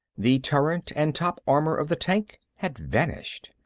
the turret and top armor of the tank had vanished.